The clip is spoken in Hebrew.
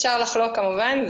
אפשר לחלוק כמובן,